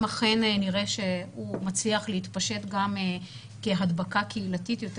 אם אכן נראה שהוא מצליח להתפשט גם כהדבקה קהילתית יותר